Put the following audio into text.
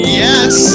yes